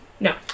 No